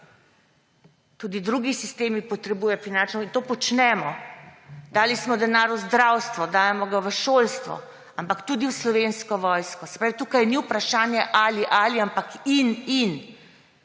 Tudi drugi sistemi potrebujejo finančno …, in to počnemo. Dali smo denar v zdravstvo, dajemo ga v šolstvo, ampak tudi v Slovensko vojsko. Se pravi, tukaj ni vprašanje, ali – ali, ampak in – in.